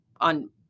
on